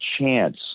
chance